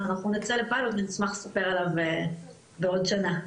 אנחנו נצא לפיילוט ונשמח לספר על ההצלחות שלו בעוד שנה.